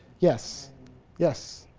yes yes